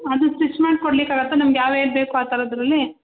ಅದು ಸ್ಟಿಚ್ ಮಾಡಿ ಕೊಡ್ಲಿಕ್ಕೆ ಆಗುತ್ತಾ ನಮ್ಗೆ ಯಾವ ವೇರ್ ಬೇಕು ಆ ಥರದ್ದರಲ್ಲಿ